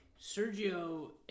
Sergio